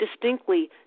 distinctly